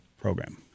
program